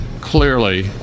clearly